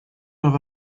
have